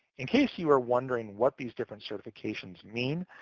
in case you are wondering what these different certifications mean,